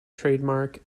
trademark